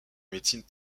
médecine